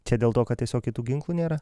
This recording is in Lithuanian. čia dėl to kad tiesiog kitų ginklų nėra